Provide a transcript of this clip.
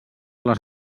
les